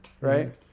right